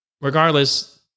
regardless